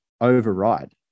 override